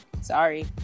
sorry